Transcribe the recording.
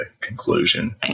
conclusion